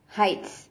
heights